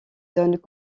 zones